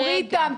יפעת, תדברי איתם.